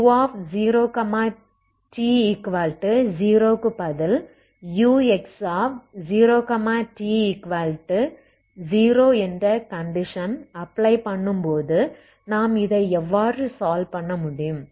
u0t0க்கு பதில் ux0t0 என்ற condition apply பண்ணும்போது நாம் இதை எவ்வாறு சால்வ் பண்ணமுடியும்